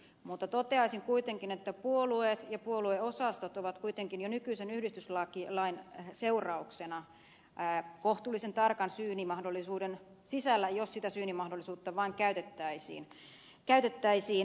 mutta toteaisin kuitenkin että puolueet ja puolueosastot ovat jo nykyisen yhdistyslain seurauksena kohtuullisen tarkan syynimahdollisuuden sisällä jos sitä syynimahdollisuutta vain käytettäisiin